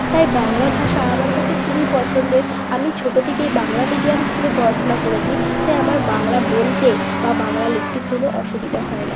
তাই বাংলা ভাষা আমার কাছে খুবই পছন্দের আমি ছোটো থেকেই বাংলা মিডিয়াম স্কুলে পড়াশোনা করেছি তাই আমার বাংলা বলতে বা বাংলা লিখতে কোনো অসুবিধা হয় না